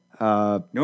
No